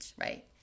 right